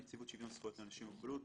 נציבות שוויון זכויות לאנשים עם מוגבלות,